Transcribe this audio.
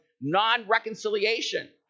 non-reconciliation